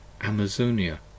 Amazonia